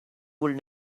would